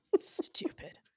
Stupid